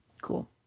cool